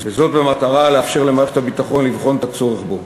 במטרה לאפשר למערכת הביטחון לבחון את הצורך בו.